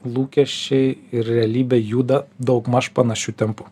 lūkesčiai ir realybė juda daugmaž panašiu tempu